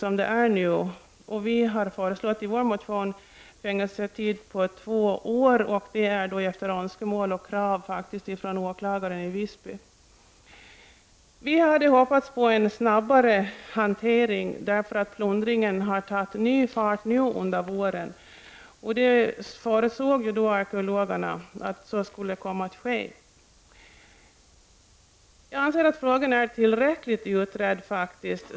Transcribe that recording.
I vår motion har vi föreslagit fängelse i högst två år — efter önskemål och krav från åklagaren i Visby. Vi hade hoppats på en snabbare hantering, eftersom plundringen har tagit ny fart nu under våren. Arkeologerna förutsåg ju att så skulle komma att ske. Jag anser att frågan är tillräckligt utredd.